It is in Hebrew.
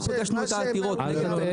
אנחנו הגשנו את העתירות האלה.